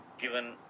given